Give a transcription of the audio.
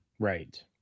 Right